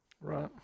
right